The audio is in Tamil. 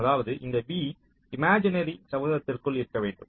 அதாவது இந்த v இமாஜினரி செவ்வகத்திற்குள் இருக்க வேண்டும்